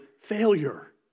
failure